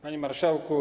Panie Marszałku!